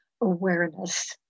awareness